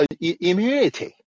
immunity